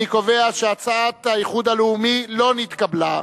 אני קובע שהצעת האיחוד הלאומי לא נתקבלה.